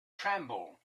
tremble